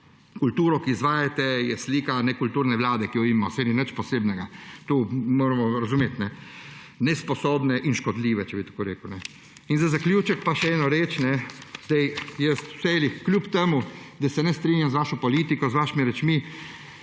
kultura, ki izvajate, je slika nekulturne vlade, ki jo ima. Saj ni nič posebnega. To moramo razumeti. Nesposobne in škodljive, če bi tako rekel. Za zaključek pa še eno reč. Kljub temu da se ne strinjam z vašo politiko, z vašimi rečmi,